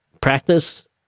practice